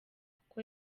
kuko